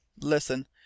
Listen